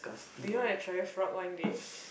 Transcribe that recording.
do you want to try frog one day